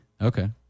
Okay